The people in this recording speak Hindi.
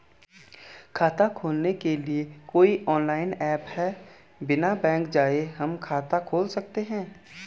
खाता खोलने के लिए कोई ऑनलाइन ऐप है बिना बैंक जाये हम खाता खोल सकते हैं?